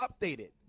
updated